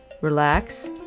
Relax